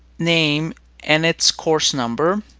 name and it's course number.